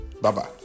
Bye-bye